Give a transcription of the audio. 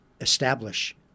establish